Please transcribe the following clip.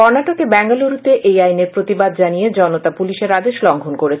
কর্ণাটকে বেঙ্গালুরুতেও এই আইনের প্রতিবাদ জানিয়ে জনতা পুলিশের আদেশ লঙ্ঘন করেছে